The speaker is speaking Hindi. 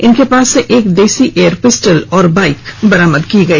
इनके पास से एक देशी एयर पिस्टल और बाइक बरामद की गई